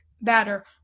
batter